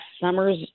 summer's